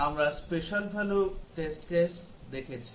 আমরা special value test case দেখেছি